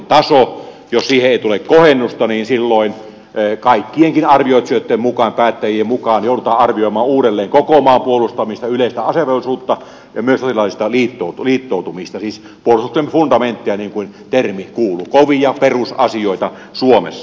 jos siihen ei tule kohennusta niin silloin kaikkien arvioitsijoittenkin mukaan päättäjien mukaan joudutaan arvioimaan uudelleen koko maan puolustamista yleistä asevelvollisuutta ja myös sotilaallista liittoutumista siis puolustuksen fundamenttia niin kuin termi kuuluu kovia perusasioita suomessa